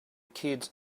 kids